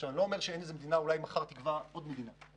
אני לא אומר שלא תבוא אולי מחר מדינה ותקבע יעד אחר,